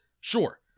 Sure